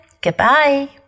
goodbye